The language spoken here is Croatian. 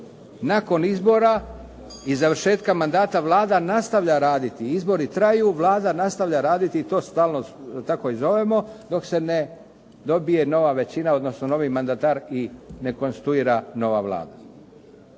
nakon izbora i završetka mandata, Vlada nastavlja raditi. Izbori traju Vlada nastavlja raditi i to stalno tako i zovemo dok se ne dobije nova većina, odnosno novi mandatar i ne konstituira nova Vlada.